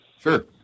Sure